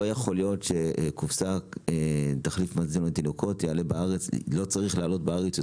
לא יכול להיות שקופסא של תחליף מזון לתינוקות תעלה בארץ יותר מ-30,